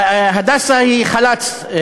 "הדסה" היא חל"צ,